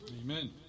Amen